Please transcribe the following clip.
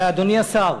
אדוני השר,